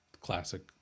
classic